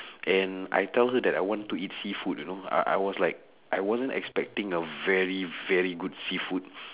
and I tell her that I want to eat seafood you know I I was like I wasn't expecting a very very good seafood